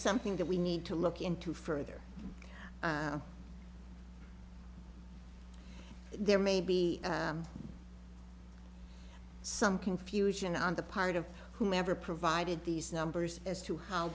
something that we need to look into further there may be some confusion on the part of whomever provided these numbers as to how